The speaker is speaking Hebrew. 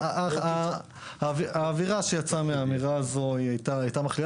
אבל האווירה שיצאה מהאמירה הזו הייתה מכלילה.